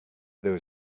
there